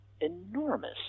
enormous